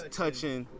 touching